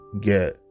get